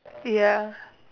ya